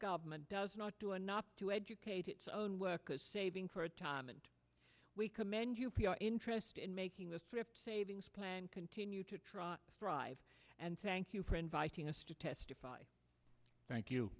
government does not do and not to educate its own workers saving for a time and we commend you for your interest in making this trip savings plan continued to trot friday and thank you for inviting us to testify thank you